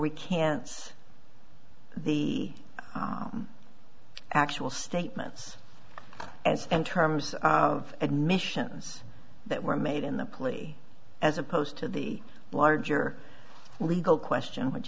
recants the actual statements as in terms of admissions that were made in the plea as opposed to the larger legal question which